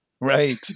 Right